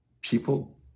people